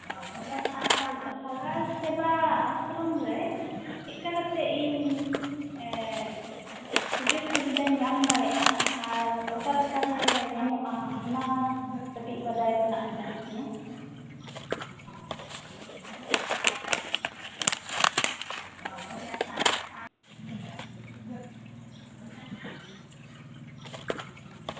ᱚᱱᱟ ᱥᱟᱢ ᱥᱟᱢᱞᱟᱞ ᱥᱮᱵᱟ ᱟᱥᱨᱚᱢ ᱨᱮ ᱪᱮᱫ ᱞᱮᱠᱟ ᱠᱟᱛᱮᱫ ᱤᱧ ᱮᱸᱜ ᱥᱩᱡᱳᱜᱽᱼᱥᱩᱵᱤᱫᱷᱟᱧ ᱧᱟᱢ ᱫᱟᱲᱮᱭᱟᱜᱼᱟ ᱟᱨ ᱚᱠᱟᱞᱮᱠᱟᱨᱮ ᱧᱟᱢᱚᱜᱼᱟ ᱚᱱᱟ ᱠᱟᱹᱴᱤᱡ ᱵᱟᱰᱟᱭ ᱛᱮᱱᱟᱜ ᱢᱮᱱᱟᱜ ᱛᱤᱧᱟᱹ